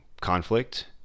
conflict